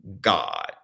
God